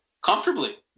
Comfortably